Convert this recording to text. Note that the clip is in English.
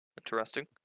Interesting